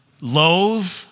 loathe